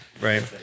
right